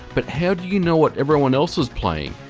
but how do you know what everyone else is playing?